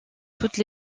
toutes